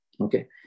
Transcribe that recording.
Okay